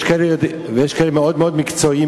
יש כאלה שהם מאוד מאוד מקצועיים,